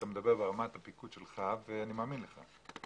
אתה מדבר ברמת הפיקוד שלך ואני מאמין לך.